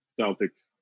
celtics